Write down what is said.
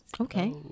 okay